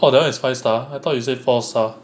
oh that [one] is five star I thought you say four star